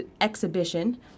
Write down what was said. exhibition